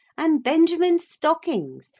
and benjamin's stockings,